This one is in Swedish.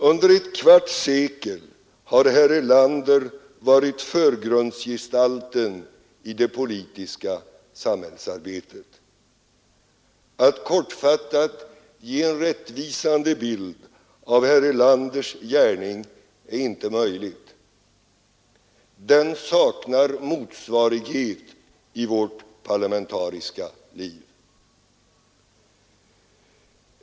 Under ett kvarts sekel har herr Erlander varit förgrundsgestalten i det politiska samhällsarbetet. Att kortfattat ge en rättvisande bild av herr Erlanders gärning är inte möjligt. Den saknar motsvarighet i vårt parlamentariska liv.